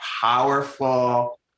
powerful